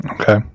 Okay